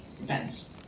Depends